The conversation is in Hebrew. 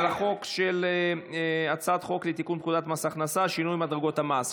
על הצעת חוק לתיקון פקודת מס הכנסה (שינוי מדרגות המס),